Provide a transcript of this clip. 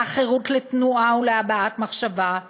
החירות לתנועה ולהבעת מחשבה,